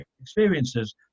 experiences